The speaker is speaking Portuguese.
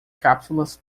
cápsulas